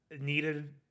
needed